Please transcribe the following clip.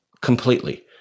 completely